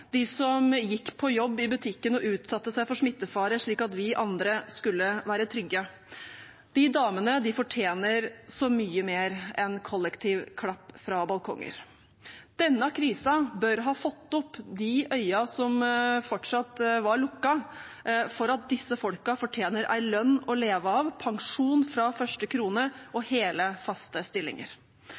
de som gikk på jobb i butikken og utsatte seg for smittefare slik at vi andre skulle være trygge, de damene fortjener så mye mer enn kollektiv klapp fra balkonger. Denne krisen bør ha fått opp de øynene som fortsatt var lukket, for at disse folkene fortjener en lønn å leve av, pensjon fra første krone og hele, faste stillinger.